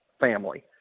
family